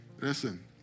Listen